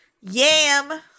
Yam